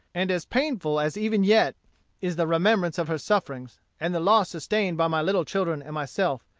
and as painful as even yet is the remembrance of her sufferings, and the loss sustained by my little children and myself,